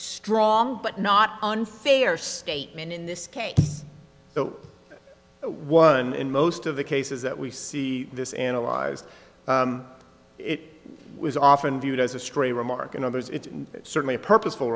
strong but not unfair statement in this case one in most of the cases that we see this analyzed it was often viewed as a stray remark and others it's certainly a purposeful